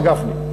מר גפני.